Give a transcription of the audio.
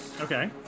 Okay